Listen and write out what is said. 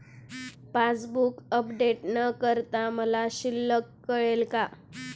Passbook update न करता मला शिल्लक कळेल का?